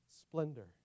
splendor